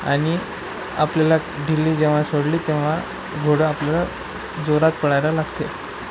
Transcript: आणि आपल्याला ढिल्ली जेव्हा सोडली तेव्हा घोडं आपल्याला जोरात पळायला लागते